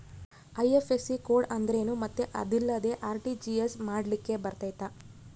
IFSC code ಅಂದ್ರೇನು ಮತ್ತು ಅದಿಲ್ಲದೆ ಆರ್.ಟಿ.ಜಿ.ಎಸ್ ಮಾಡ್ಲಿಕ್ಕೆ ಬರ್ತೈತಾ?